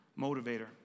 motivator